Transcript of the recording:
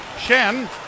Shen